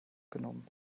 genommen